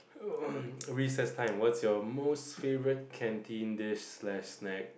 recess time what's your most favourite canteen dish slash snack